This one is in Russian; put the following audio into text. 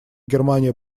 германия